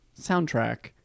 soundtrack